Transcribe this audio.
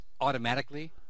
automatically